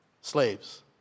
Slaves